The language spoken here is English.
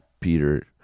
Peter